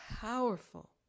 powerful